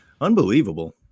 Unbelievable